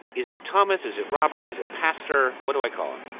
is it thomas? is it robert? is it pastor? what do i call him?